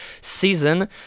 season